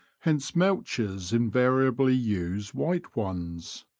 hence mouchers invariably use white ones.